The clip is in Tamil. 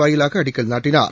வாயிலாக அடிக்கல் நாட்டினார்